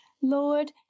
Lord